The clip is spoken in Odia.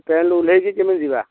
ଟ୍ରେନରୁ ଓହ୍ଲାଇକି କେମିତି ଯିବା